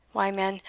why, man,